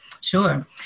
Sure